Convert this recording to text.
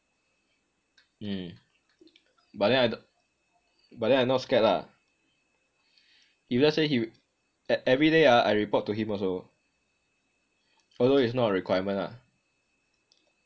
mm but then I but then I not scared lah if let's say he everyday ah I report to him also although it's not a requirement lah